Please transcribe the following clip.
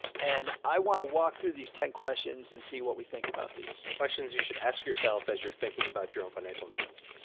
and i want to walk through these ten questions and see what we think about these. since you should ask yourself as you're thinking about your own financial independence.